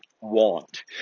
want